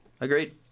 agreed